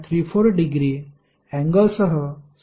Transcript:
34 degree अँगलसह 79